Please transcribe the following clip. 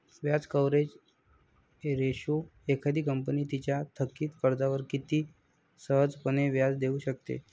व्याज coverage ratio एखादी company तिच्या थकित कर्जावर किती सहजपणे व्याज देऊ शकते